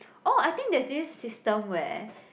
oh I think there's this system where